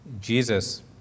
Jesus